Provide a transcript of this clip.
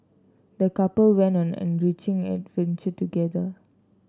the couple went on an enriching together